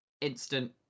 instant